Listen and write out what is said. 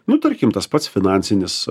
nu tarkim tas pats finansinis